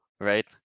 right